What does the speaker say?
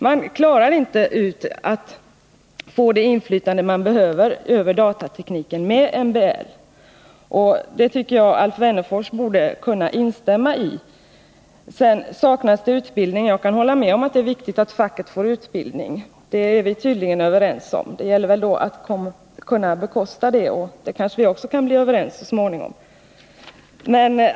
Man får inte det inflytande man behöver över datatekniken med MBL. Det tycker jag Alf Wennerfors borde kunna instämma i. Att det är viktigt att fackliga företrädare får utbildning kan jag hålla med om. Det är vi tydligen överens om. Det gäller väl då att bekosta den utbildningen, och det kanske vi också kan bli överens om så småningom.